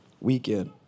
Weekend